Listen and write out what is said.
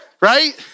right